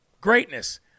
greatness